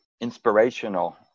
inspirational